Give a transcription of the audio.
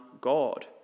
God